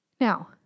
Now